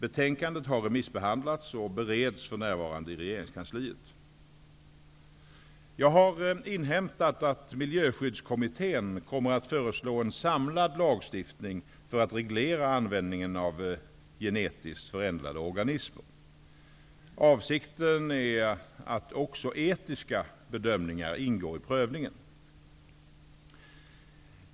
Betänkandet har remissbehandlats och bereds för närvarande i regeringskansliet. Jag har inhämtat att Miljöskyddskommittén kommer att föreslå en samlad lagstiftning för att reglera användningen av genetiskt förändrade organismer. Avsikten är att också etiska bedömningar skall ingå i prövningen.